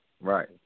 right